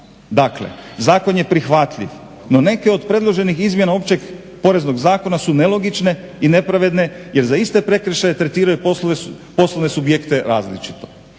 Dakle, zakon je prihvatljiv no neke od predloženih izmjena Opće poreznog zakona su nelogične i nepravedne jer za iste prekršaje tretiraju poslovne subjekte različito.